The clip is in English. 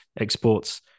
exports